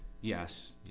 Yes